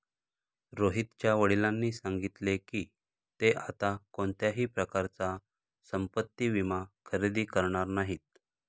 रोहितच्या वडिलांनी सांगितले की, ते आता कोणत्याही प्रकारचा संपत्ति विमा खरेदी करणार नाहीत